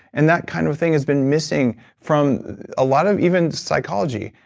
and that kind of thing has been missing from a lot of even psychology.